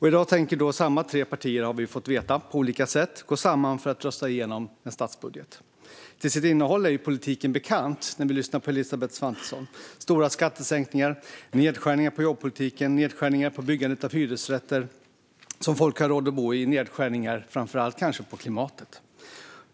I dag tänker samma tre partier, har vi på olika sätt fått veta, gå samman för att rösta igenom en statsbudget. Till sitt innehåll är politiken bekant - det hör vi när vi lyssnar på Elisabeth Svantesson. Det är stora skattesänkningar. Det är nedskärningar i jobbpolitiken, nedskärningar i byggandet av hyresrätter som folk har råd att bo i och kanske framför allt nedskärningar i fråga om klimatet.